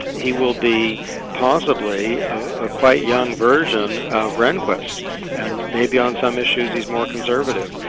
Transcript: he will be possibly a quite young version of rehnqvist and maybe on some issues he's more conservative.